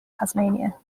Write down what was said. tasmania